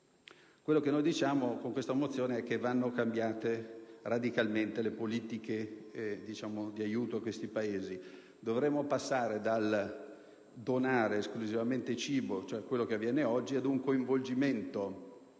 Quel che diciamo con questa mozione è che vanno cambiate radicalmente le politiche di aiuto a tali Paesi. Dovremmo passare dal donare esclusivamente cibo - quello che avviene oggi - ad un coinvolgimento